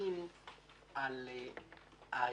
גאים בהישגים,